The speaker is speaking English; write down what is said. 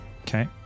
Okay